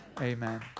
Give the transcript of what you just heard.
Amen